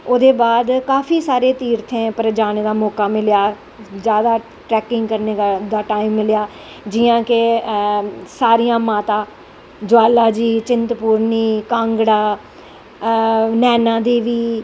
ओह्दे बाद काफी सारें तीर्थें पर जानें दा मौका मिलेआ जादा ट्रैकिंग करनें दा टाईम मिलेआ जियां के सारियां माता ज्वाली जी चिंतपुर्नी कांगड़ा नैना देवी